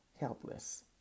helpless